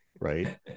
Right